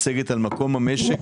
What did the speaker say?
המצגת על מקום המשק,